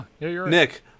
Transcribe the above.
Nick